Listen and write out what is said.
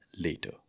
later